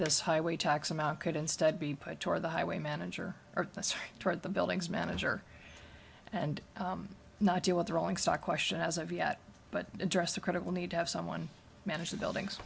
this highway tax amount could instead be put toward the highway manager or toward the buildings manager and not deal with the rolling stock question as of yet but address the critical need to have someone manage the buildings